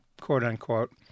quote-unquote